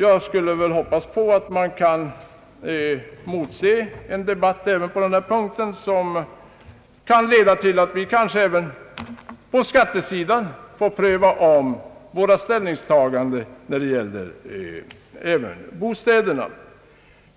Jag skulle vilja hoppas på att vi kan motse en debatt även i denna fråga som kan leda till att vi kanske även på skattesidan får pröva om våra ställningstaganden när det gäller bostäderna.